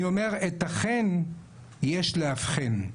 אני אומר, את החן יש לאבחן.